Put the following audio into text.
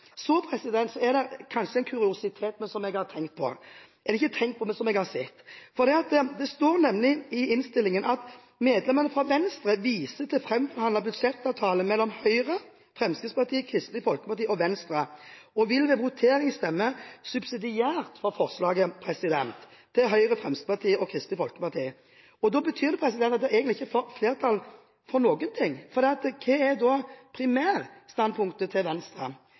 Så er det kanskje en kuriositet, men det er noe jeg har sett. Det står nemlig i innstillingen at medlemmene fra Venstre viser til framforhandlet budsjettavtale mellom Høyre, Fremskrittspartiet, Kristelig Folkeparti og Venstre og ved votering vil stemme subsidiært for forslaget til Høyre, Fremskrittspartiet og Kristelig Folkeparti. Da betyr det at det egentlig ikke er flertall for noe, for hva er primærstandpunktet til Venstre?